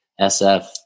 SF